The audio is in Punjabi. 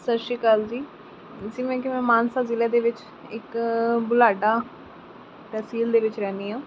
ਸਤਿ ਸ਼੍ਰੀ ਅਕਾਲ ਜੀ ਜਿਵੇਂ ਕਿ ਮੈਂ ਮਾਨਸਾ ਜ਼ਿਲ੍ਹੇ ਦੇ ਵਿੱਚ ਇੱਕ ਬੁਲਾਡਾ ਤਹਿਸੀਲ ਦੇ ਵਿੱਚ ਰਹਿੰਦੀ ਹਾਂ